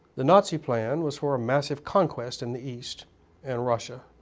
the nazi plan was for a massive conquest in the east and russia,